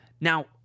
now